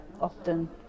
often